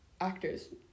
Actors